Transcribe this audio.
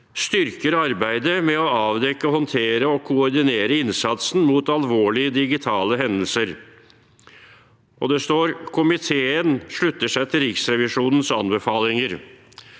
styrker arbeidet med å avdekke, håndtere og koordinere innsatsen mot alvorlige digitale hendelser Det står at komiteen slutter seg til Riksrevisjonens anbefalinger.